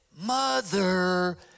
Mother